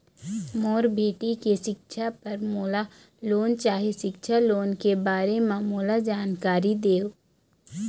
मोर बेटी के सिक्छा पर मोला लोन चाही सिक्छा लोन के बारे म मोला जानकारी देव?